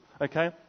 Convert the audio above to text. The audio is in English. Okay